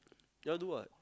you all do what